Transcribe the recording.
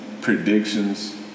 predictions